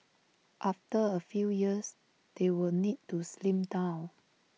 after A few years they will need to slim down